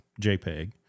JPEG